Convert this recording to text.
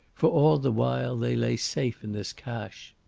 for all the while they lay safe in this cache.